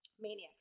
maniacs